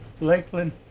Lakeland